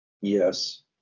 Yes